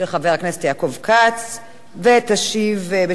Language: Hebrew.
תשיב בשם הממשלה סגנית השר גילה גמליאל,